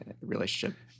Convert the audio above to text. relationship